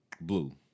Blue